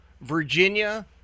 Virginia